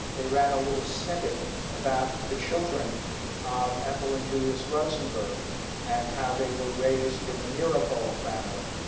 they ran a little snippet about the children of ethel and julius rosenberg and how they were raised in the meeropol family.